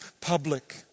public